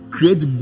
Create